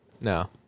No